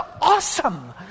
awesome